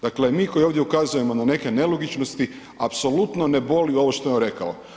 Dakle mi koji ovdje ukazujemo na neke nelogičnosti, apsolutno ne boli ovo što je on rekao.